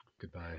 Goodbye